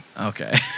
Okay